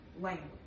language